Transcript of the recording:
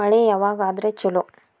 ಮಳಿ ಯಾವಾಗ ಆದರೆ ಛಲೋ?